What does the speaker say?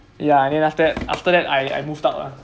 ya and then after that after that I I moved out lah